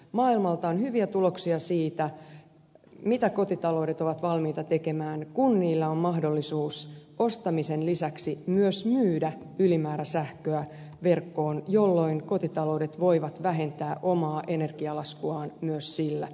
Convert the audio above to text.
maailmalta on hyviä tuloksia siitä mitä kotitaloudet ovat valmiita tekemään kun niillä on mahdollisuus ostamisen lisäksi myös myydä ylimääräsähköä verkkoon jolloin kotitaloudet voivat vähentää omaa energialaskuaan myös sillä